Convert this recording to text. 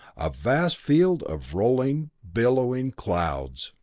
a vast field of rolling, billowing clouds!